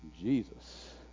Jesus